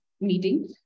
meeting